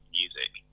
music